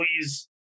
please